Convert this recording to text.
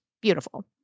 beautiful